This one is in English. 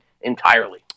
entirely